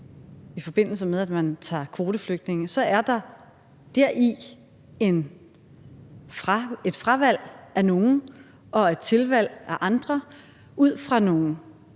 i forbindelse med at man tager kvoteflygtninge, så er der deri et fravalg af nogle og et tilvalg af andre ud fra nogle